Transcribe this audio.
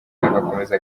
agakomeza